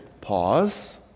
Pause